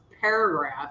paragraph